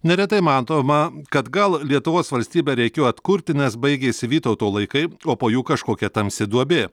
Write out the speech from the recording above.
neretai matoma kad gal lietuvos valstybę reikėjo atkurti nes baigėsi vytauto laikai o po jų kažkokia tamsi duobė